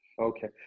Okay